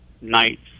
nights